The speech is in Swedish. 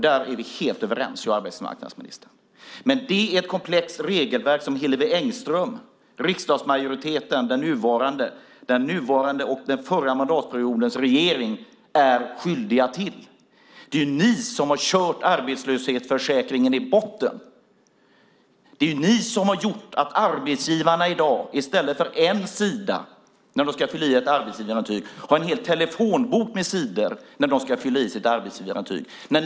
Där är jag och arbetsmarknadsministern helt överens, men det är ett komplext regelverk som Hillevi Engström, riksdagsmajoriteten, den nuvarande och den förra mandatperiodens regeringar är skyldiga till. Det är ni som har kört arbetslöshetsförsäkringen i botten. Det är ni som har gjort att arbetsgivarna i dag måste fylla i en hel telefonbok med sidor i stället för en sida när de ska fylla i ett arbetsgivarintyg.